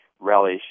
relish